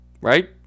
Right